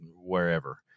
wherever